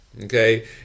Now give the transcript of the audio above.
Okay